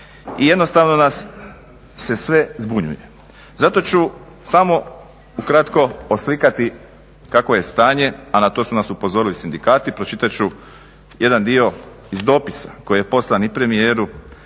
i jednostavno nas se sve zbunjuje. Zato ću samo ukratko oslikati kako je stanje, a na to su nas upozorili sindikati, pročitat ću jedan dio iz dopisa koji je poslan i premijeru